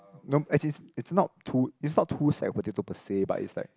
nope as it's is not to is not to sack of potatoes per se but is like